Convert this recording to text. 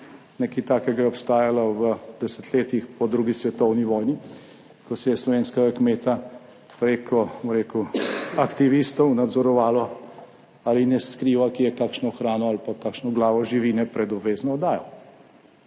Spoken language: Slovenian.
Nekaj takega je obstajalo v desetletjih po drugi svetovni vojni, ko se je slovenskega kmeta preko aktivistov nadzorovalo, ali ne skriva kje kakšne hrane ali pa kakšne glave živine pred obvezno oddajo.